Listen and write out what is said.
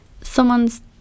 someone's